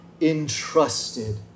entrusted